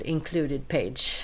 Included-page